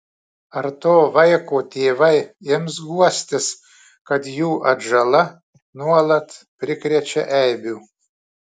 ar to vaiko tėvai ims guostis kad jų atžala nuolat prikrečia eibių